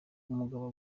umugabo